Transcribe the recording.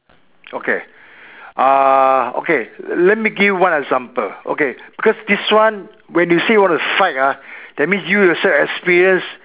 okay uh okay let me give you one example okay because this one when you say want to fight ah that means you yourself experience